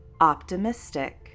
optimistic